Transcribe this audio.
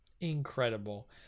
incredible